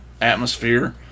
atmosphere